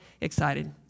excited